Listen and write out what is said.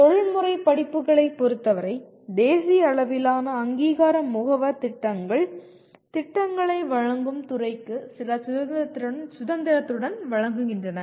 தொழில்முறை படிப்புகளைப் பொறுத்தவரை தேசிய அளவிலான அங்கீகார முகவர் திட்டங்கள் திட்டங்களை வழங்கும் துறைக்கு சில சுதந்திரத்துடன் வழங்குகின்றன